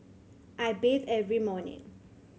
I bathe every morning